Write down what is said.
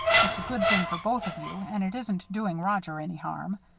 it's a good thing for both of you and it isn't doing roger any harm.